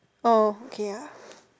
oh okay ah